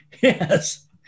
Yes